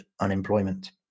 unemployment